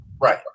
Right